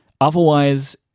Otherwise